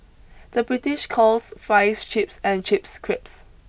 the British calls fries chips and chips creeps